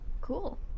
Cool